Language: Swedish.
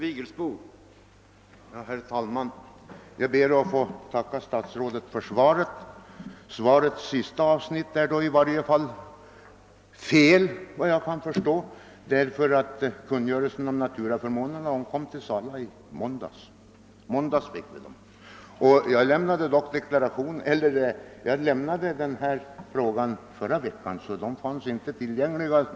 Herr talman! Jag ber att få tacka statsrådet för svaret. Svarets sista avsnitt är i varje fall felaktigt, såvitt jag förstår, ty dessa kungörelser kom till Sala i måndags. När jag lämnade in frågan i förra veckan fanns kungörelserna alltså inte tillgängliga.